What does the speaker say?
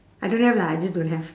I don't have lah I just don't have